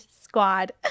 squad